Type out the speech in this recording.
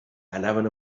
anaven